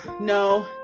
no